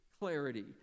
clarity